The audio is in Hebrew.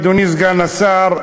אדוני סגן השר,